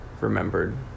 remembered